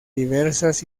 diversas